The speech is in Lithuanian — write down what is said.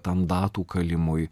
tam datų kalimui